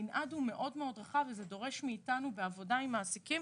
המנעד מאוד רחב וזה דורש איתנו להיות מאוד דינאמיים בעבודה עם המעסיקים.